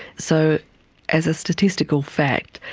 so as a statistical fact,